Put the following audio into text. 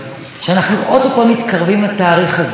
ביום הבין-לאומי נגד אלימות כלפי נשים,